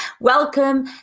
Welcome